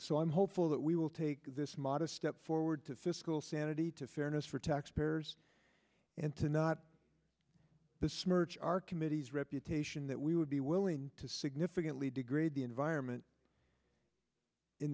so i'm hopeful that we will take this modest step forward to fiscal sanity to fairness for taxpayers and to not the smirch our committee's reputation that we would be willing to significantly degrade the environment in